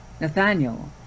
Nathaniel